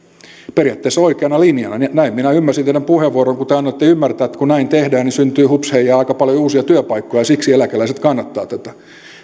periaatteessa oikeana linjana näin minä ymmärsin teidän puheenvuoronne kun te annoitte ymmärtää että kun näin tehdään niin syntyy hups heijaa aika paljon uusia työpaikkoja ja siksi eläkeläiset kannattavat tätä